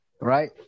Right